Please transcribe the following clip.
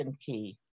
key